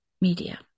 media